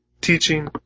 teaching